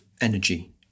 energy